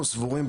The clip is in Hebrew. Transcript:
אנחנו סבורים,